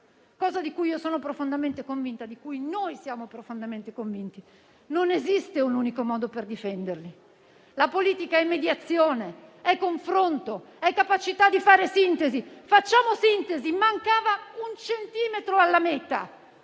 cosa di cui io sono profondamente convinta, di cui noi siamo profondamente convinti, non esiste un unico modo per farlo. La politica è mediazione, confronto e capacità di fare sintesi. Facciamo sintesi. Mancava un centimetro alla metà